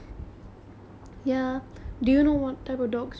err I don't know much about dogs do you want to tell me more